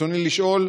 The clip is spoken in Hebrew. ברצוני לשאול: